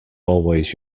always